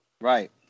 Right